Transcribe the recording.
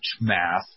math